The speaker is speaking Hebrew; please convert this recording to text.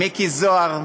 מיקי זוהר,